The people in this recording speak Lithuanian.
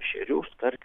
ešerių starkių